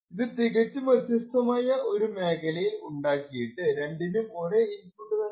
ഇത് തികച്ചും വ്യത്യസ്താമായ ഒരു മേഖലയിൽ ഉണ്ടാക്കിയിട്ട് രണ്ടിനും ഒരേ ഇൻപുട്ട് തന്നെ കൊടുത്തു